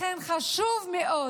לכן חשוב מאוד